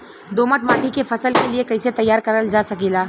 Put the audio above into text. दोमट माटी के फसल के लिए कैसे तैयार करल जा सकेला?